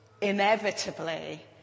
inevitably